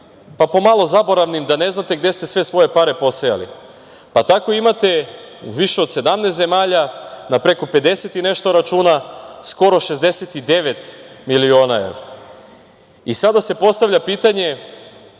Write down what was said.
pomalo zaboravnim da ne znate gde ste sve svoje pare posejali, pa tako imate u više od 17 zemalja na preko 50 i nešto računa skoro 69 miliona evra. Sada se postavlja pitanje